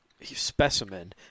specimen